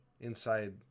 inside